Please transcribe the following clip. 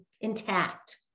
intact